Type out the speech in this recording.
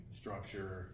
structure